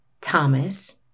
Thomas